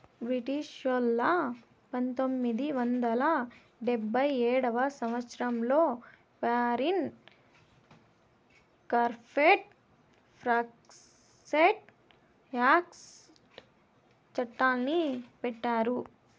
బ్రిటిషోల్లు పంతొమ్మిది వందల డెబ్భై ఏడవ సంవచ్చరంలో ఫారిన్ కరేప్ట్ ప్రాక్టీస్ యాక్ట్ చట్టాన్ని పెట్టారు